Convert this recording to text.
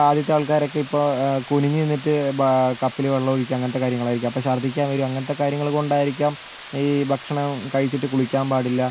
ആദ്യത്തെ ആൾക്കാരൊക്കെ ഇപ്പോൾ കുനിഞ്ഞ് നിന്നിട്ട് ബാ കപ്പിൽ വെള്ളമൊഴിക്കും അങ്ങനത്തെ കാര്യങ്ങളായിരിക്കും അപ്പം ശർദ്ദിക്കാൻ വരും അങ്ങനത്തെ കാര്യങ്ങൾ കൊണ്ടായിരിക്കാം ഈ ഭക്ഷണം കഴിച്ചിട്ട് കുളിക്കാൻ പാടില്ല